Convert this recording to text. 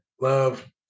love